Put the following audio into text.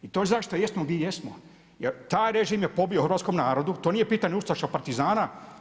I to zašto jesmo di jesmo, jer taj režim je pobio hrvatskom narodu, to nije pitanje ustaša, partizana.